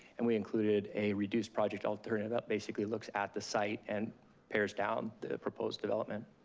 and we included a reduced project alternative that basically looks at the site and pares down the proposed development.